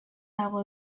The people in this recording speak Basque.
dago